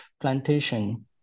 plantation